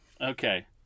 Okay